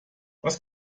was